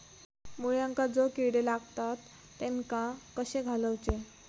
मुळ्यांका जो किडे लागतात तेनका कशे घालवचे?